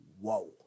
whoa